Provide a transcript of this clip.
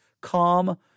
calm